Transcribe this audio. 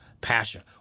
passion